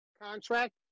contract